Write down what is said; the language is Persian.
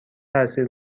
تاثیر